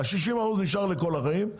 60 האחוזים נשארים בינתיים לכל החיים,